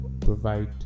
provide